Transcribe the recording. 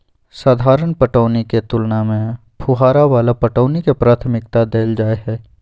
साधारण पटौनी के तुलना में फुहारा वाला पटौनी के प्राथमिकता दैल जाय हय